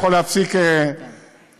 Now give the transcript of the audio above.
יכול להפסיק ולהשיב?